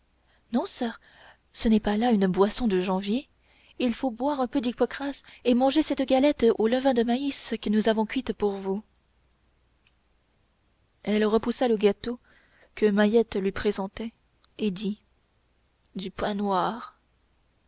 non soeur ce n'est pas là une boisson de janvier il faut boire un peu d'hypocras et manger cette galette au levain de maïs que nous avons cuite pour vous elle repoussa le gâteau que mahiette lui présentait et dit du pain noir